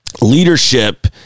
Leadership